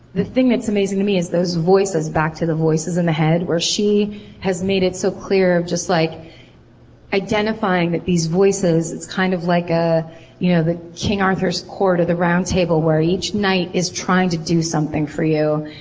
the thing that's amazing to me is those voices, back to the voices in the head where she has made it so clear of just like identifying these voices, it's kind of like ah you know king arthur's court of the round table where each knight is trying to do something for you.